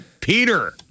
Peter